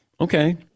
Okay